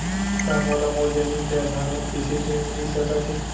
का मोला मोर जमीन के आधार म कृषि ऋण मिलिस सकत हे?